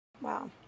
Wow